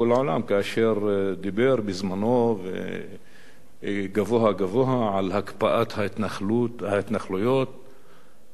כאשר דיבר בזמנו גבוהה-גבוהה על הקפאת ההתנחלויות ועל